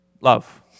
Love